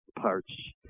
parts